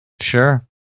Sure